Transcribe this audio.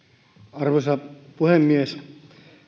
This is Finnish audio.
arvoisa puhemies